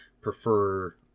prefer